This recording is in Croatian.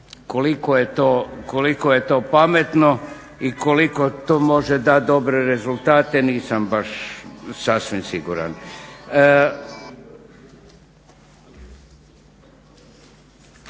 Koliko je to pametno i koliko to može dati dobre rezultate nisam baš sasvim siguran.